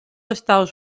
estados